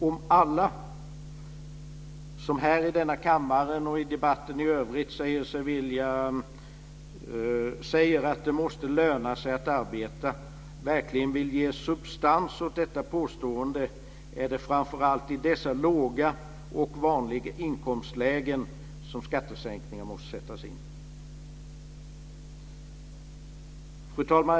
Om alla som här i denna kammare och i debatten i övrigt säger att det måste löna sig att arbeta verkligen vill ge substans åt detta påstående är det framför allt i dessa låga och vanliga inkomstlägen som skattesänkningar måste sättas in. Fru talman!